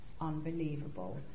unbelievable